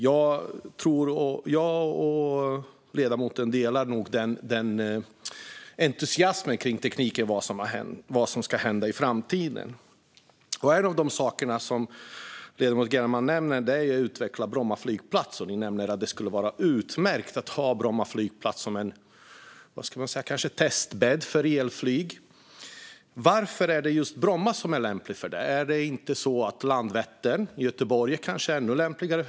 Ledamoten och jag delar nog den entusiasmen kring tekniken och vad som ska hända i framtiden. En av de saker som ledamoten Gellerman nämner är att utveckla Bromma flygplats. Hon säger att det skulle vara utmärkt att ha Bromma flygplats som, vad ska man säga, kanske en testbädd för elflyg. Varför är det just Bromma som är lämpligt för det? Är inte Landvetter i Göteborg kanske ännu lämpligare?